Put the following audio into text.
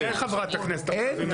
אבל על זה חברת הכנסת הרכבי מדברת.